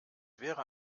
wäre